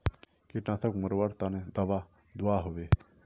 कीटनाशक मरवार तने दाबा दुआहोबे?